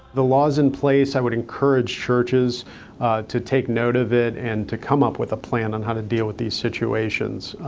the law is in place. i would encourage churches to take note of it and to come up with a plan on how to deal with these situations.